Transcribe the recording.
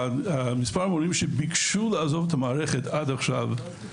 מספר המורים שביקשו לעזוב את המערכת עד עכשיו